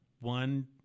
one –